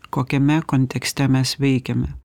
kokiame kontekste mes veikiame